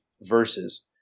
verses